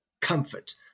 comfort